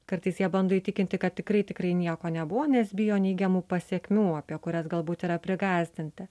kartais jie bando įtikinti kad tikrai tikrai nieko nebuvo nes bijo neigiamų pasekmių apie kurias galbūt yra prigąsdinti